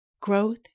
growth